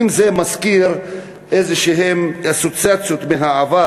אם זה מזכיר איזשהן אסוציאציות מהעבר